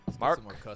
Mark